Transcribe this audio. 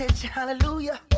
Hallelujah